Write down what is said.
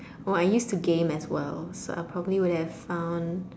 oh I used to game as well so I probably would have found